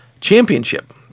Championship